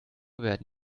werden